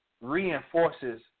reinforces